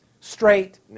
straight